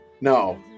No